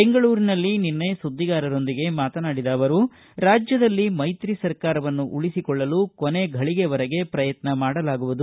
ಬೆಂಗಳೂರಿನಲ್ಲಿ ನಿನ್ನೆ ಸುಧ್ಗಿಗಾರರೊಂದಿಗೆ ಮಾತನಾಡಿದ ಅವರು ರಾಜ್ಯದಲ್ಲಿ ಮೈತ್ರಿ ಸರ್ಕಾರವನ್ನು ಉಳಿಸಿಕೊಳ್ಳಲು ಕೊನೆಘಳಿಗೆವರೆಗೆ ಶ್ರಯತ್ನ ಮಾಡಲಾಗುವುದು